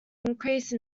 increase